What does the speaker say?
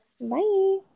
Bye